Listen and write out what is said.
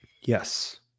Yes